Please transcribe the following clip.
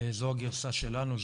זו הגרסה שלנו,